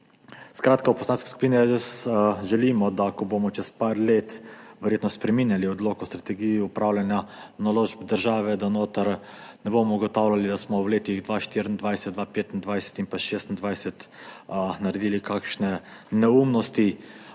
Skratka, v Poslanski skupini SDS želimo, ko bomo čez par let verjetno spreminjali Odlok o strategiji upravljanja naložb države, da notri ne bomo ugotavljali, da smo v letih 2024, 2025 in 2026 naredili kakšne neumnosti.